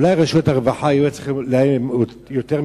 אולי רשויות הרווחה, היה צריך להיות להן מידע